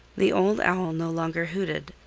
the old owl no longer hooted,